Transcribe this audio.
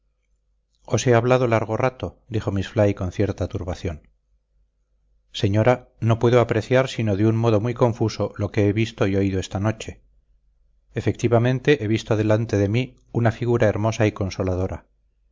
he hablado largo rato dijo miss fly con cierta turbación señora no puedo apreciar sino de un modo muy confuso lo que he visto y oído esta noche efectivamente he visto delante de mí una figura hermosa y consoladora